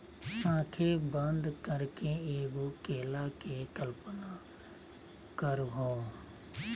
आँखें बंद करके एगो केला के कल्पना करहो